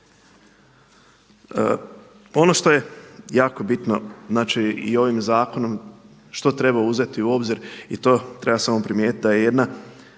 Ono što je jako bitno i ovim zakonom što treba uzeti u obzir i to treba samo primijetiti da je jedna